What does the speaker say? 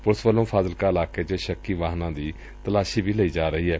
police ਵੱਲੋਂ ਫਾਜ਼ਿਲਕਾ ਇਲਾਕੇ ਚ ਸ਼ੱਕੀ ਵਾਹਨਾਂ ਦੀ ਤਲਾਸ਼ੀ ਵੀ ਲਈ ਜਾ ਰਹੀ ਏ